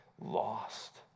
lost